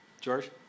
George